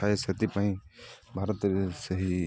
ଥାଏ ସେଥିପାଇଁ ଭାରତରେ ସେହି